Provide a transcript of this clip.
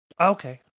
Okay